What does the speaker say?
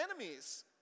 enemies